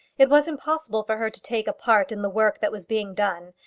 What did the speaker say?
it was impossible for her to take a part in the work that was being done,